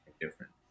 different